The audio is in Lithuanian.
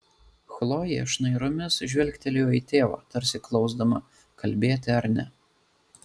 chlojė šnairomis žvilgtelėjo į tėvą tarsi klausdama kalbėti ar ne